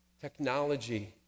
Technology